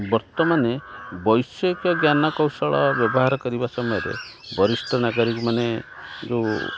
ବର୍ତ୍ତମାନେ ବୈଷୟିକ ଜ୍ଞାନ କୌଶଳ ବ୍ୟବହାର କରିବା ସମୟରେ ବରିଷ୍ଠ ନାଗରିକମାନେ ଯେଉଁ